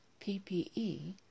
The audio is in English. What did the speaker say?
PPE